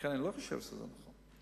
לכן אני לא חושב שזה נכון.